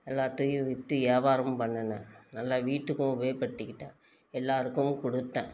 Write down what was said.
எல்லாத்தையும் விற்று வியாபாரமும் பண்ணுனேன் நல்லா வீட்டுக்கும் உபயோகப்படுத்திக்கிட்டேன் எல்லாருக்கும் கொடுத்தேன்